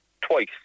twice